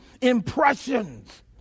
impressions